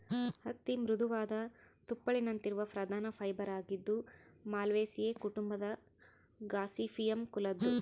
ಹತ್ತಿ ಮೃದುವಾದ ತುಪ್ಪುಳಿನಂತಿರುವ ಪ್ರಧಾನ ಫೈಬರ್ ಆಗಿದ್ದು ಮಾಲ್ವೇಸಿಯೇ ಕುಟುಂಬದ ಗಾಸಿಪಿಯಮ್ ಕುಲದ್ದು